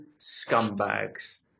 scumbags